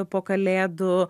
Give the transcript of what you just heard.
po kalėdų